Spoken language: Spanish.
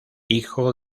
hijo